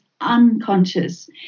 unconscious